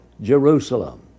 Jerusalem